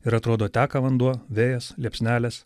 ir atrodo teka vanduo vėjas liepsnelės